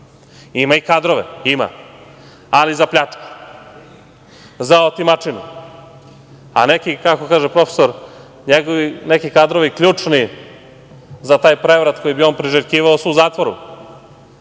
ima i kadrove, ali za pljačku, za otimačinu, a neki, kako kaže profesor, njegovi neki ključni kadrovi za taj prevrat, koji bi on priželjkivao, su u zatvoru.